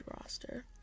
roster